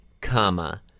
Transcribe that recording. comma